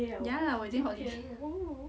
ya lah 我已经 holiday